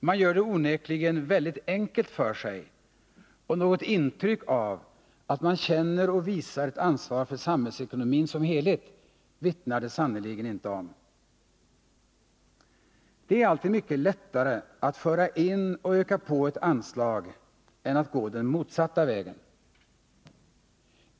Man gör det onekligen väldigt enkelt för sig, och något intryck av att man känner och visar ett ansvar för samhällsekonomin som helhet, vittnar det sannerligen inte om. Det är alltid mycket lättare att föra in och öka på ett anslag än att gå den motsatta vägen.